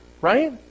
right